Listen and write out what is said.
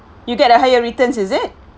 you get a higher returns is it